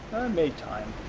made time.